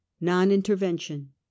Non-intervention